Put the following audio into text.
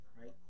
right